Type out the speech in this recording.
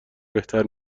بهتر